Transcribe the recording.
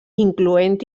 incloent